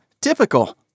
typical